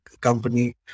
company